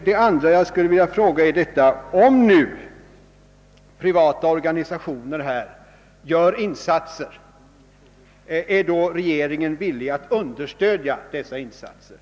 Min andra fråga lyder: Om privata organisationer gör insatser i detta avseende, är regeringen då villig att understödja de insatserna?